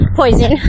poison